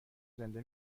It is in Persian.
زنده